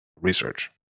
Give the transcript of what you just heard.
research